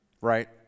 Right